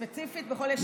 ספציפית בכל ישיבה?